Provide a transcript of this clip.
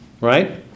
right